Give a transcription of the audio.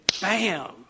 bam